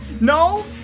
No